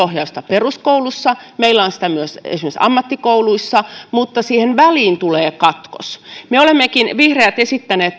ohjausta peruskoulussa meillä on sitä myös esimerkiksi ammattikouluissa mutta siihen väliin tulee katkos me vihreät olemmekin esittäneet